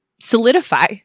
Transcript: solidify